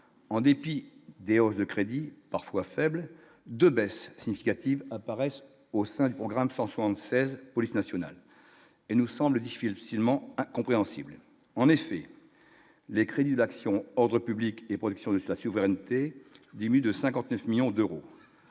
en dépit des roches de crédit parfois faibles de baisses significatives apparaissent au sein du programme 176, police nationale et nous semblent difficilement compréhensible, en effet, les crédits d'action ordre public et production de sa souveraineté démis de 59 millions d'euros